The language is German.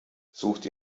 sucht